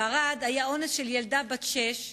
בערד היה אונס של ילדה בת שש,